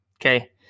Okay